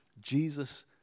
Jesus